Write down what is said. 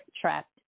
trapped